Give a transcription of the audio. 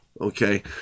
okay